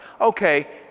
okay